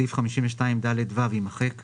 בסעיף 52ד(ה), המילה "לא" תימחק .